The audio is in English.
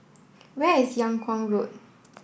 where is Yung Kuang Road